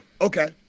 okay